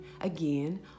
again